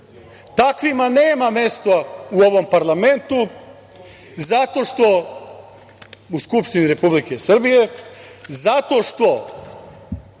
Takvima nema mesta u ovom parlamentu zato što, u Skupštini Republike Srbije,